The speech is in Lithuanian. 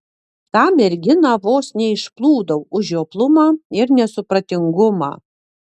tą merginą vos neišplūdau už žioplumą ir nesupratingumą